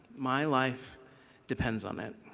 my life depends on it.